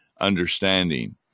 understanding